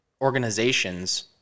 organizations